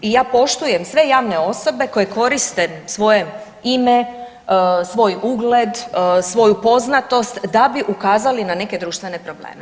I ja poštujem sve javne osobe koje koriste svoje ime, svoj ugled, svoju poznatost da bi ukazali na neke društvene probleme.